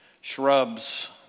shrubs